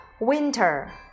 Winter